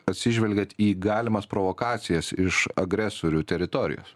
atsižvelgiat į galimas provokacijas iš agresorių teritorijos